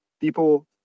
people